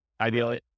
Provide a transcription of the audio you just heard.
ideally